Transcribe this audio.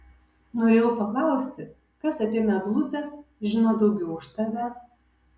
norėjau paklausti kas apie medūzą žino daugiau už tave